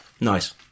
nice